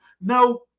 No